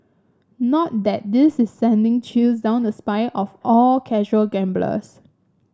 not that this is sending chills down the spines of all casual gamblers